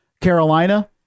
Carolina